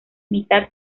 mitad